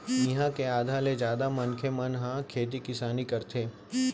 इहाँ के आधा ले जादा मनखे मन ह खेती किसानी करथे